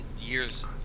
years